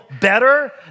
better